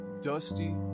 Dusty